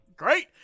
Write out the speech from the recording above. Great